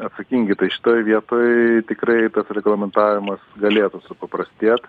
atsakingi tai šitoj vietoj tikrai tas reglamentavimas galėtų supaprastėt